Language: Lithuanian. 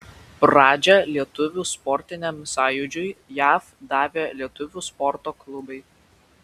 pradžią lietuvių sportiniam sąjūdžiui jav davė lietuvių sporto klubai